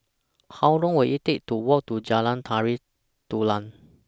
How Long Will IT Take to Walk to Jalan Tari Dulang